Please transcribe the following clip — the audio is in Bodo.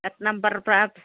आत नाम्बार ब्रात